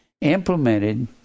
implemented